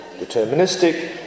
deterministic